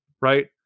right